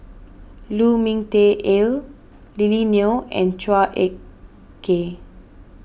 Lu Ming Teh Earl Lily Neo and Chua Ek Kay